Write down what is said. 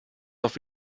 auf